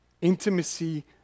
Intimacy